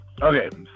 Okay